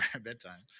bedtime